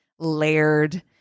layered